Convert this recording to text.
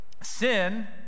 sin